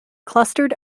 clustered